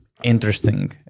interesting